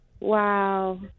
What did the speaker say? Wow